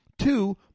Two